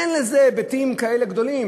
אין לזה היבטים כאלה גדולים.